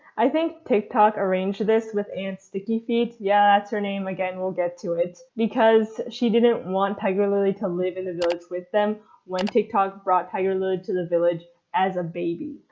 i think tick tock arranged this with aunt's sticky feet, yeah that's her name, again we'll get to it, because she didn't want tiger lily to live in the village with them when tick tock brought tiger lily to the village as a baby.